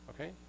okay